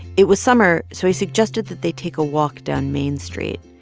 it was summer, so he suggested that they take a walk down main street.